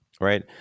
right